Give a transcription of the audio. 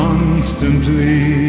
Constantly